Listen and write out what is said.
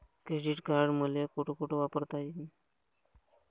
Credit card मले कोठ कोठ वापरता येईन?